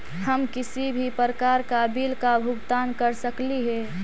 हम किसी भी प्रकार का बिल का भुगतान कर सकली हे?